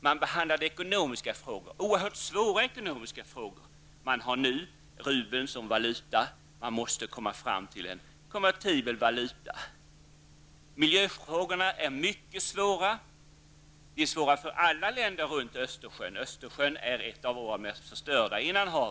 Man behandlade ekonomiska frågor, oerhört svåra ekonomiska frågor. Man har nu rubeln som valuta, men man måste få en konvertibel valuta. Miljöfrågorna är mycket svåra. De är svåra för alla länder runt Östersjön. Östersjön är ju ett av våra mest förstörda inomhav.